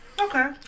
Okay